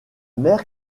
mère